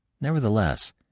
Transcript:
Nevertheless